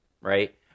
Right